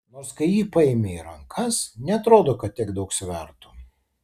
nors kai jį paimi į rankas neatrodo kad tiek daug svertų